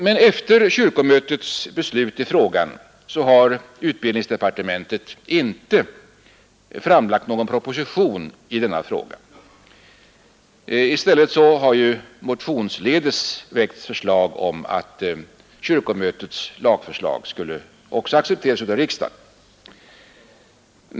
Men efter kyrkomötets beslut i frågan har utbildningsdepartementet inte framlagt någon proposition i denna fråga. I stället har det motionsledes väckts förslag om att kyrkomötets lagförslag också skulle accepteras av riksdagen.